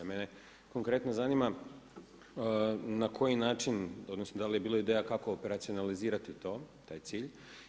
Mene konkretno zanima na koji način, odnosno da li je bilo ideja kako operacionalizirati to, taj cilj.